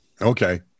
Okay